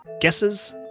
guesses